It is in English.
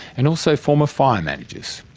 and also former fire managers.